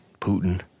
Putin